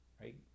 Right